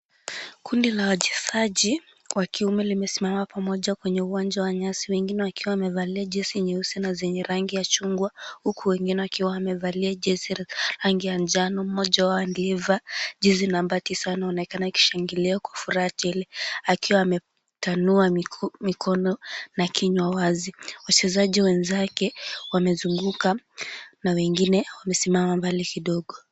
Kundi la wachezaji wa kiume limesimama pamoja kwenye uwanja wa nyasi wengine wakiwa wamevalia jezi nyeusi na zenye rangi ya chungwa, huku wengine wakiwa wamevalia jezi za rangi ya njano. Mmoja wao aliyevaa jezi namba tisa anaonekana akishangilia kwa furaha tele akiwa ametanua mikono na kinywa wazi. Wachezaji wenzake wamezunguka na wengine wamesimama mbali kidogo.